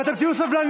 ואתם תהיו סבלניים,